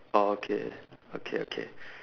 orh okay okay okay